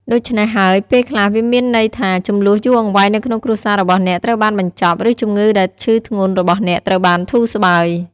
ដូច្នេះហើយពេលខ្លះវាមានន័យថា ជម្លោះយូរអង្វែងនៅក្នុងគ្រួសាររបស់អ្នកត្រូវបានបញ្ចប់ ឬជំងឺដែលឈឺធ្ងន់របស់អ្នកត្រូវបានធូរស្បើយ។